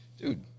dude